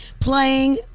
playing